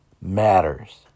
matters